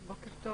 בוקר טוב.